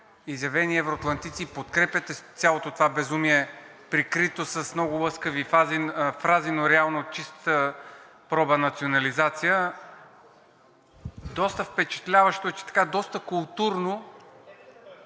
изявени евроатлантици и подкрепяте цялото това безумие, прикрито с много лъскави фрази, но реално чиста проба национализация, доста впечатляващо е, че доста културно